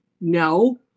no